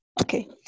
Okay